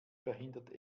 verhindert